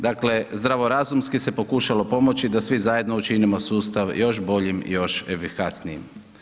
Dakle, zdravorazumski se pokušalo pomoći da svi zajedno učinimo sustav još boljim i još efikasnijim.